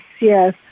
yes